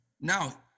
Now